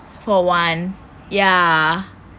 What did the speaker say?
for one ya